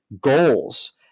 goals